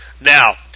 Now